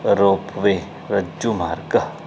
rope वे रज्जुमार्गः